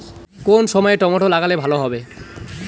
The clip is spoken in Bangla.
কোন সময় টমেটো লাগালে ভালো হবে?